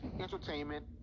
Entertainment